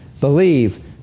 believe